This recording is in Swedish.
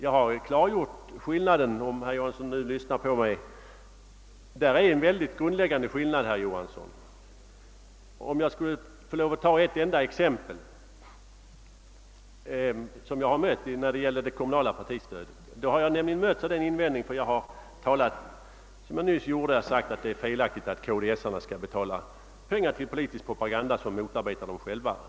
Om herr Johansson här vill lyssna på mig, skall jag förklara denna grundläggande skillnad. Jag vill ta ett enda exempel som jag själv kommit i kontakt med i debatten om det kommunala partistödet, när man framfört den invändningen mot detta stöd att det är felaktigt att kds-medlemmarna skall betala pengar till politisk propaganda som motarbetar dem själva.